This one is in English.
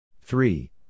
Three